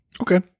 Okay